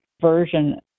version